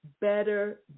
better